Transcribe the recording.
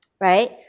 right